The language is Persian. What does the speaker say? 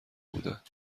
بودند